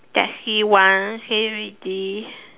taxi one say already